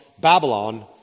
Babylon